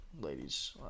ladies